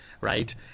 right